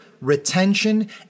retention